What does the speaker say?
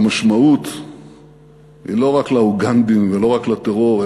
והמשמעות היא לא רק לאוגנדים ולא רק לטרור,